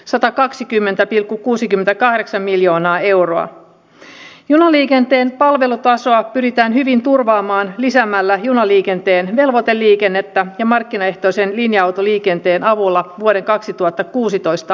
hallitusohjelman mukaisesti suomi vähentää osallistumistaan sotilaallisiin rauhanturvaoperaatioihin siten että keskitytään suomen kannalta merkityksellisimpiin ja vaikuttavimpiin operaatioihin